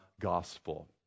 gospel